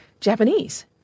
Japanese